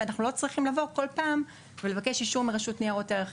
ושאנחנו לא צריכים לבוא בכל פעם ולבקש אישור מרשות ניירות ערך.